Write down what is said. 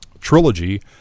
trilogy